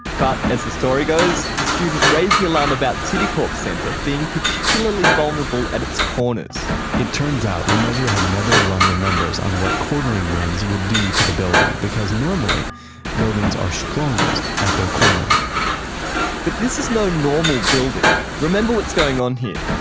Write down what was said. but as the story goes, the student raised the alarm about citicorp center being particularly vulnerable at its corners it turns out lemessurier had never run the numbers on what quartering winds would do to the building because normally buildings are strongest at their corners but this is no normal building. remember what's going on here.